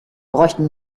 bräuchten